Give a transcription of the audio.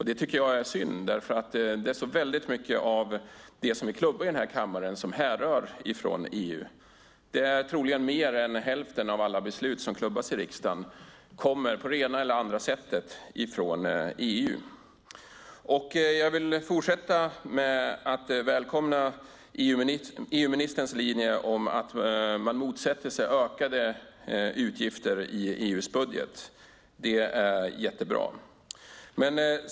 Det tycker jag är synd, för det är väldigt mycket av det vi klubbar i kammaren som härrör från EU. Troligen mer än hälften av alla beslut som klubbas i riksdagen kommer på det ena eller det andra sättet ifrån EU. Jag vill fortsätta med att välkomna EU-ministerns linje om att man motsätter sig ökade utgifter i EU:s budget. Det är jättebra.